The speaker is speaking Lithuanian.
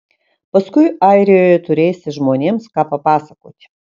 paskui airijoje turėsi žmonėms ką papasakoti